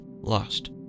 lost